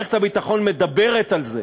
מערכת הביטחון מדברת על זה